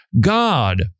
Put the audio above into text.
God